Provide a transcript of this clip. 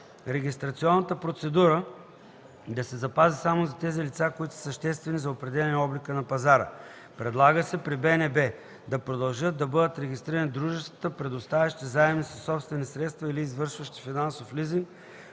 Регистрационната процедура да се запази само за тези лица, които са съществени за определяне облика на пазара. Предлага се при БНБ да продължат да бъдат регистрирани дружествата, предоставящи заеми със собствени средства или извършващи финансов лизинг,